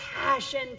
passion